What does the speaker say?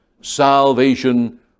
salvation